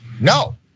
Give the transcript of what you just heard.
No